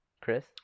Chris